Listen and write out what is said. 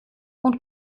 und